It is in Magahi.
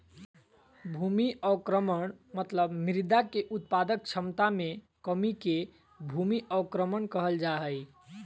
भूमि अवक्रमण मतलब मृदा के उत्पादक क्षमता मे कमी के भूमि अवक्रमण कहल जा हई